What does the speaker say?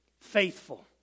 faithful